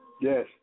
yes